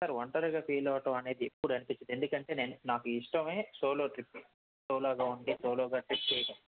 sir ఒంటరిగా feel అవ్వడం అనేది ఎప్పుడు అనిపించదు ఎందుకంటే నేను నాకు ఇష్టమే సోలో ట్రిప్ సోలో గా ఉండి సోలో గా ట్రిప్ చేయడం